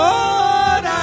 Lord